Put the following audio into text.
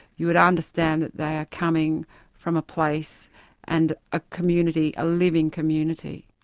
you would understand that they are coming from a place and a community, a living community.